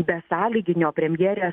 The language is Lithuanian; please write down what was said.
besąlyginio premjerės